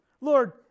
Lord